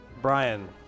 Brian